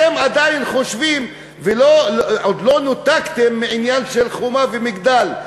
אתם עדיין חושבים ועוד לא נותקתם מהעניין של חומה ומגדל.